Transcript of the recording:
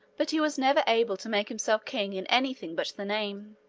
but he was never able to make himself king in any thing but the name.